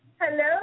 Hello